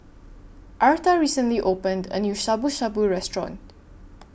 Arta recently opened A New Shabu Shabu Restaurant